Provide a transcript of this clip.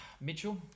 Mitchell